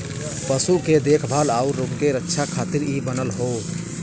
पशु के देखभाल आउर उनके रक्षा खातिर इ बनल हौ